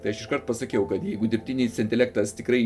tai aš iškart pasakiau kad jeigu dirbtinis intelektas tikrai